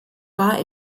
war